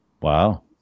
Wow